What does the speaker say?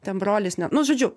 ten brolis ne nu žodžiu